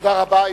תודה רבה.